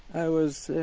i was